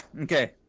Okay